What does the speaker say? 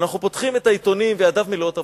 אנחנו פותחים את העיתונים וידיו מלאות עבודה,